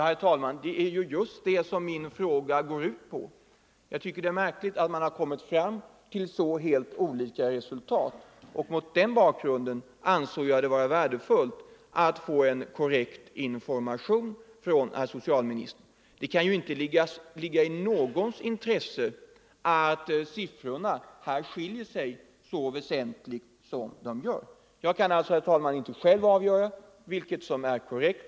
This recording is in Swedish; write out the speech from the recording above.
Herr talman! Jag tycker det är märkligt att man har kommit fram till så olika resultat. Mot den bakgrunden ansåg jag det vara värdefullt att få en korrekt information från herr socialministern. Det kan ju inte ligga i någons intresse att siffrorna här skiljer sig så väsentligt som de Nr 130 gör. Jag kan inte, herr talman, själv avgöra vilket som är korrekt.